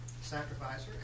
sacrificer